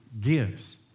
gives